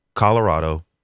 Colorado